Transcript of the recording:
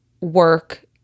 work